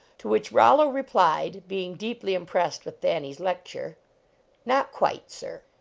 to which rollo replied, being deeply im pressed with thanny s lecture not quite, sir.